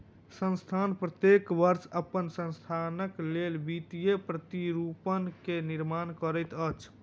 संस्थान प्रत्येक वर्ष अपन संस्थानक लेल वित्तीय प्रतिरूपण के निर्माण करबैत अछि